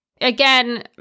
Again